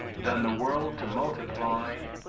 than the world to multiply,